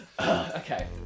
Okay